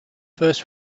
first